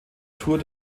tour